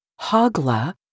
Hogla